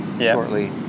shortly